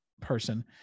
person